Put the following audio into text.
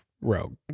Rogue